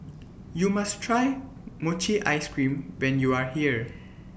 YOU must Try Mochi Ice Cream when YOU Are here